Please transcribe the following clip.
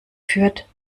führt